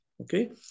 Okay